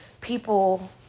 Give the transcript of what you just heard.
people